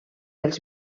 els